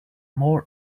more